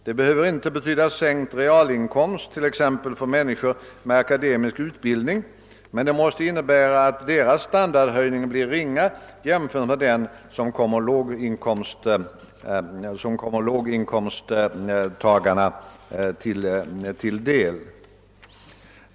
Det behöver inte betyda sänkt realinkomst för t.ex. personer med akademisk utbildning, men det måste innebära att deras standardhöjning blir ringa jämförd med den som kommer låginkomsttagarna till del.